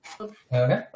Okay